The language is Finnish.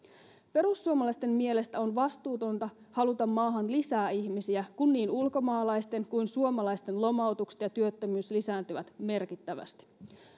perussuomalaisten mielestä on vastuutonta haluta maahan lisää ihmisiä kun niin ulkomaalaisten kuin suomalaisten lomautukset ja työttömyys lisääntyvät merkittävästi